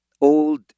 old